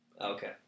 Okay